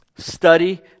study